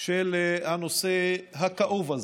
של הנושא הכאוב הזה.